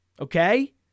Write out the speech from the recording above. Okay